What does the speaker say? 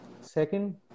Second